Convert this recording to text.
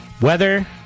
weather